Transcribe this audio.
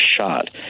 shot